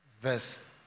Verse